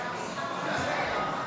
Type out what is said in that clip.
2024,